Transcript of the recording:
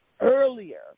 earlier